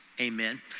amen